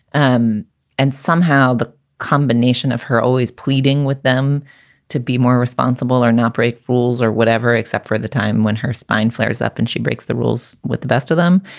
um and somehow the combination of her always pleading with them to be more responsible are not break fools or whatever, except for at the time when her spine flares up and she breaks the rules with the best of them.